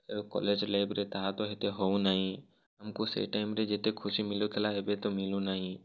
ଏବେ କଲେଜ୍ ଲାଇଫ୍ରେ ତାହା ତ ଏତେ ହଉ ନାହିଁ ଆମକୁ ସେ ଟାଇମ୍ରେ ଯେତେ ଖୁସି ମିଳୁ ଥିଲା ଏବେ ତ ମିଳୁ ନାହିଁ